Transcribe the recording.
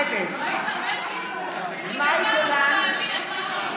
נגד מאי גולן,